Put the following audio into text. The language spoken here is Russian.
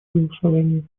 голосовании